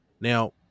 Now